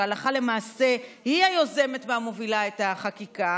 שהלכה למעשה היא היוזמת והמובילה את החקיקה,